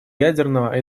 ядерного